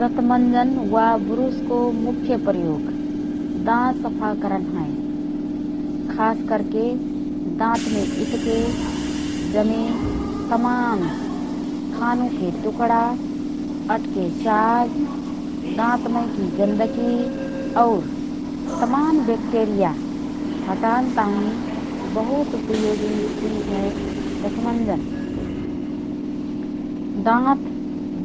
दतमंजन वा बुरुसको मुख्य प्रयोग दाँत सफा करन हए । खास करके दाँतमे इटके, जमे तमान खानुके तुकडा, अट्के साग़ दाँतमैकी गन्दगी और तमान ब्याक्टेरिया हटान ताहिँ बहुत उपयोगी चिझ हए दतमंजन । दाँत,